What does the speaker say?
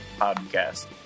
podcast